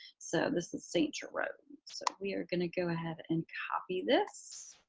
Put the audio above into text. so this is st. jerome's. so we are going to go ahead and copy this.